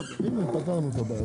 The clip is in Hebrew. הישיבה ננעלה בשעה 10:26.